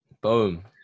Boom